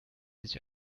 sich